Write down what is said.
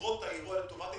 קרות האירוע לטובת ההתיישנות,